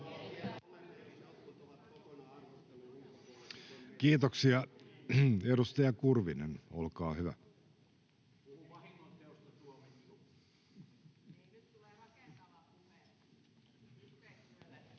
Kiitoksia. — Edustaja Kurvinen, olkaa hyvä.